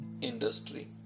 industry